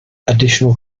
additional